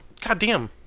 Goddamn